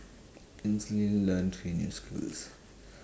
instantly learn three new skills